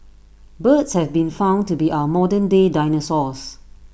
birds have been found to be our modern day dinosaurs